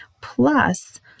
plus